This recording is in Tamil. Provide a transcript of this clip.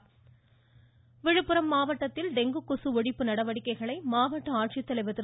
ம்ம்ம்ம்ம் டெங்கு இருவரி விழுப்புரம் மாவட்டத்தில் டெங்கு கொசு ஒழிப்பு நடவடிக்கைகளை மாவட்ட ஆட்சித்தலைவர் திரு